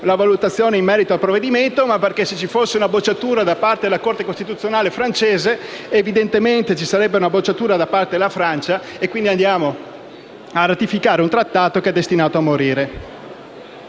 la valutazione in merito sul provvedimento, ma perché se ci fosse una bocciatura da parte di tale Corte, evidentemente ci sarebbe una bocciatura da parte della Francia e quindi si andrebbe a ratificare un trattato destinato a morire.